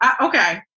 Okay